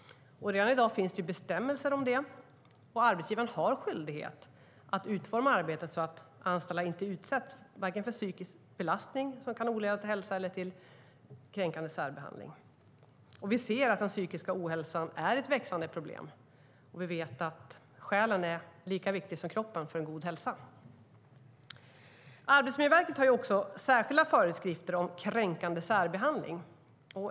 Redan i dag finns det bestämmelser om det. Arbetsgivaren har skyldighet att utforma arbetet så att anställda inte utsätts vare sig för psykisk belastning som kan leda till ohälsa eller för kränkande särbehandling. Vi ser att den psykiska ohälsan är ett växande problem, och vi vet att själen är lika viktig som kroppen för en god hälsa. Arbetsmiljöverket har särskilda föreskrifter om kränkande särbehandling.